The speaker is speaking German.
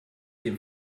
dem